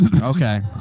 Okay